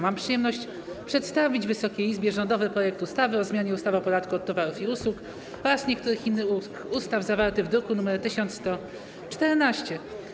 Mam przyjemność przedstawić Wysokiej Izbie rządowy projekt ustawy o zmianie ustawy o podatku od towarów i usług oraz niektórych innych ustaw, zawarty w druku nr 1114.